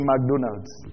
McDonald's